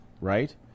right